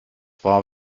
war